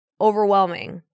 overwhelming